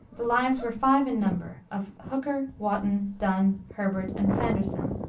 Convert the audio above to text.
the lives were five in number, of hooker, wotton, donne, herbert, and sanderson.